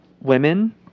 women